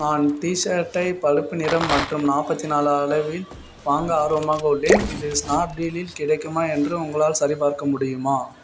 நான் டீ ஷர்ட்டை பழுப்பு நிறம் மற்றும் நாற்பத்தி நாலு அளவில் வாங்க ஆர்வமாக உள்ளேன் இது ஸ்னாப்டீலில் கிடைக்குமா என்று உங்களால் சரிபார்க்க முடியுமா